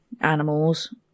animals